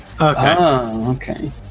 Okay